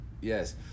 Yes